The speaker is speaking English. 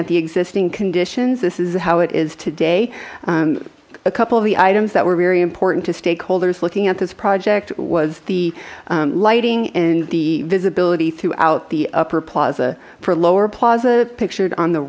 at the existing conditions this is how it is today a couple of the items that were very important to stakeholders looking at this project was the lighting and the visibility throughout the upper plaza for lower plaza pictured on the